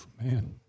man